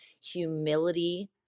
Humility